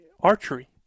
archery